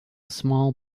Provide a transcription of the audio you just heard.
small